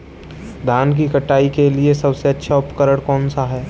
धान की कटाई के लिए सबसे अच्छा उपकरण कौन सा है?